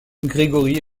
gregory